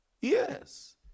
yes